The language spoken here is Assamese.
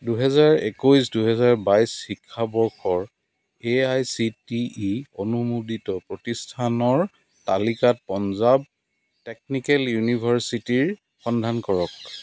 দুহেজাৰ একৈছ দুহেজাৰ বাইছ শিক্ষাবৰ্ষৰ A I C T E অনুমোদিত প্ৰতিষ্ঠানৰ তালিকাত পঞ্জাৱ টেকনিকেল ইউনিভাৰ্ছিটিৰ সন্ধান কৰক